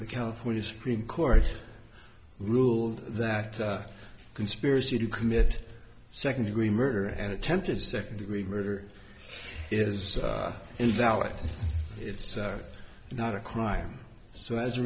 the california supreme court ruled that conspiracy to commit second degree murder and attempted second degree murder is invalid it's not a crime so as a